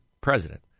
president